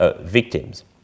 victims